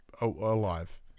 alive